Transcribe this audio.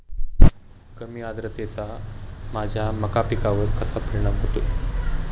कमी आर्द्रतेचा माझ्या मका पिकावर कसा परिणाम होईल?